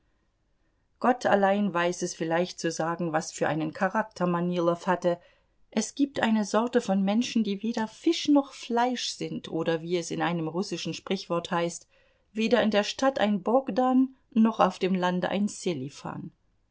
gott allein weiß es vielleicht zu sagen was für einen charakter manilow hatte es gibt eine sorte von menschen die weder fisch noch fleisch sind oder wie es in einem russischen sprichwort heißt weder in der stadt ein bogdan noch auf dem lande ein